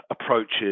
approaches